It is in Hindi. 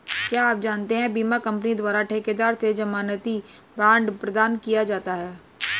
क्या आप जानते है बीमा कंपनी द्वारा ठेकेदार से ज़मानती बॉण्ड प्रदान किया जाता है?